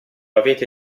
avete